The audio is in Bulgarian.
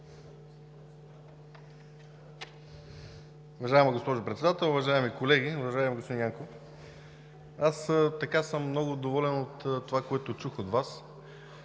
Уважаема госпожо Председател, уважаеми колеги! Уважаеми господин Янков, аз съм много доволен от това, което чух от Вас,